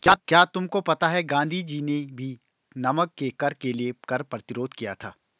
क्या तुमको पता है गांधी जी ने भी नमक के कर के लिए कर प्रतिरोध किया था